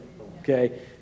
okay